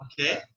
Okay